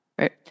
right